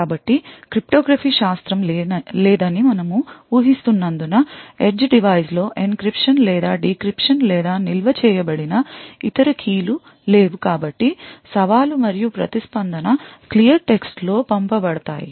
కాబట్టి cryptography శాస్త్రం లేదని మనము ఊహిస్తున్నందున edge డివైస్ లో encryption లేదా decryption లేదా నిల్వ చేయబడిన ఇతర key లు లేవు కాబట్టి సవాలు మరియు ప్రతిస్పందన clear text లో పంపబడతాయి